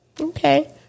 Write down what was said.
Okay